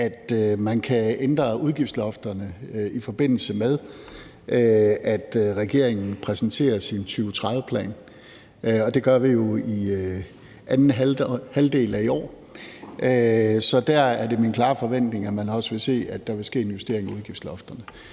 at man kan ændre udgiftslofterne, i forbindelse med at regeringen præsenterer sin 2030-plan. Det gør vi jo i anden halvdel af i år, så der er det min klare forventning, at man også vil se, at der vil ske en justering af udgiftslofterne.